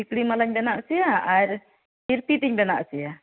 ᱥᱤᱠᱲᱤ ᱢᱟᱞᱟᱧ ᱵᱮᱱᱟᱣ ᱚᱪᱚᱭᱟ ᱟᱨ ᱛᱤᱨᱯᱤᱫ ᱤᱧ ᱵᱮᱱᱟᱣ ᱚᱪᱚᱭᱟ